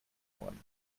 one